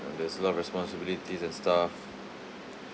and there's a lot of responsibilities and stuff